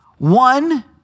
One